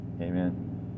Amen